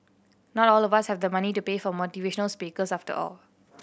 not all of us have the money to pay for motivational speakers after all